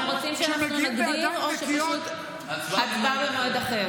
אתם רוצים שאנחנו נגדיר או שפשוט הצבעה במועד אחר?